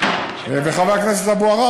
וחבר הכנסת אבו עראר,